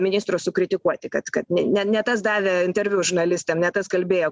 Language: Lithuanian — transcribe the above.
ministro sukritikuoti kad kad ne ne ne tas davė interviu žurnalistam ne tas kalbėjo